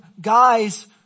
guys